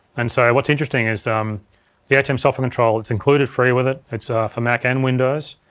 and so what's interesting is um the atem software control, it's included free with it, it's for mac and windows.